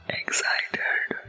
excited